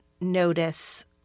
notice